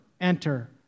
enter